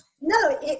No